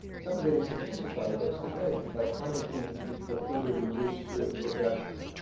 some of it is intensified that's the red by climate change, which will further reduce food production.